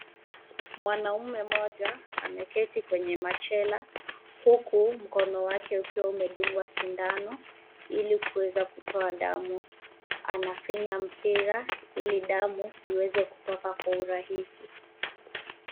Mwanaume mmoja ameketi kwenye machela huku mkono wake ukiwa umedungwa sindano ili kuweza kutoa damu. Anafinya mpira ili damu iweze kutoka kwa urahisi.